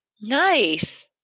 Nice